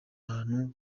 ahantu